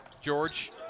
George